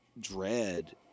dread